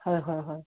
হয় হয় হয়